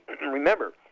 Remember